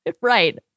right